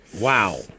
Wow